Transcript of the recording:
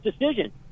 decision